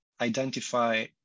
identify